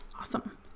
Awesome